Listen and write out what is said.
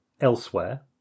elsewhere